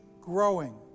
growing